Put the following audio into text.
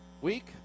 week